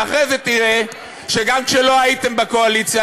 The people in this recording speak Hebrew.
ואחרי זה תראה שגם כשלא הייתם בקואליציה,